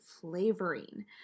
flavoring